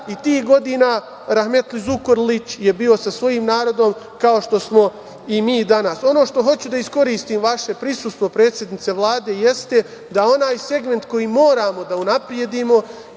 i tih godina rahmetli Zukorlić je bio sa svojim narodom, kao što smo i mi danas. Ono što hoću da iskoristim vaše prisustvo, predsednice Vlade, jeste da onaj segment koji moramo da unapredimo